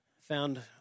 found